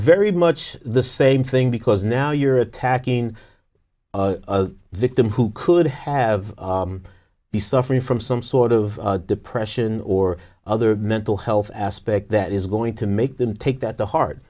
very much the same thing because now you're attacking a victim who could have be suffering from some sort of depression or other mental health aspect that is going to make them take that to hear